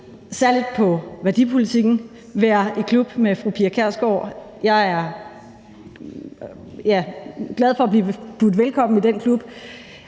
særlig på værdipolitikken være i klub med fru Pia Kjærsgaard. Jeg er glad for at blive budt velkommen i den klub,